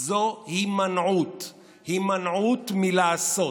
היא הימנעות, הימנעות מלעשות.